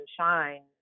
shine